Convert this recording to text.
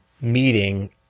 meeting